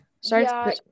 sorry